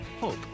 hope